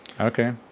Okay